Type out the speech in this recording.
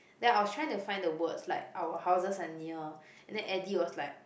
then I was trying to find the words like our houses are near and then Eddie was like